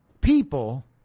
people